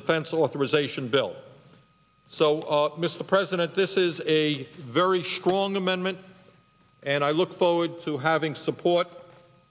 defense authorization bill so mr president this is a very strong amendment and i look forward to having support